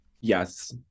Yes